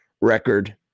record